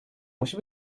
musi